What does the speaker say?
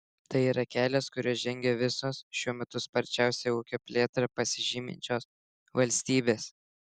tai yra kelias kuriuo žengia visos šiuo metu sparčiausia ūkio plėtra pasižyminčios valstybės